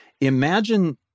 imagine